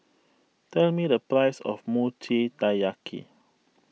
tell me the price of Mochi Taiyaki